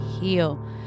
heal